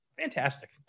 fantastic